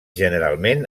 generalment